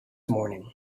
morning